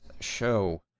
show